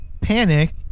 panic